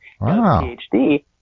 PhD